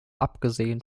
abgesehen